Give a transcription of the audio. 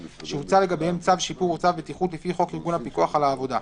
שהוצא לגביהם צו שיפור או צו בטיחות לפי חוק ארגון הפיקוח על העבודה,